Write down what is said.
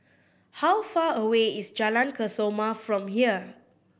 how far away is Jalan Kesoma from here